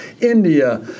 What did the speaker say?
India